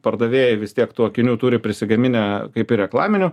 pardavėjai vis tiek tų akinių turi prisigaminę kaip ir reklaminių